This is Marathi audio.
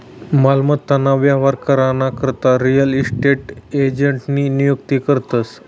मालमत्ता ना व्यवहार करा ना करता रियल इस्टेट एजंटनी नियुक्ती करतस